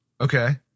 Okay